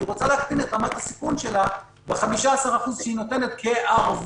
כי היא רוצה להקטין את רמת הסיכון שלה ב-15% שהיא נותנת כערבות,